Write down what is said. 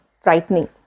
frightening